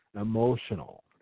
emotional